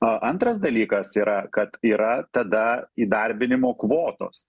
antras dalykas yra kad yra tada įdarbinimo kvotos